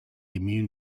immune